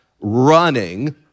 running